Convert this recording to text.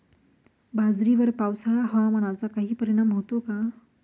बाजरीवर पावसाळा हवामानाचा काही परिणाम होतो का?